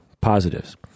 positives